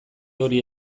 hori